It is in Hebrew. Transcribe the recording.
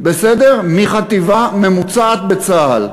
מחטיבה ממוצעת בצה"ל.